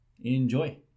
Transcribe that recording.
Enjoy